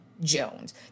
Jones